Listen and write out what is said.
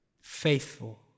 Faithful